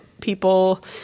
people